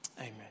Amen